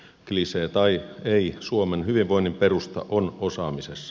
klisee tai ei suomen hyvinvoinnin perusta on osaamisessa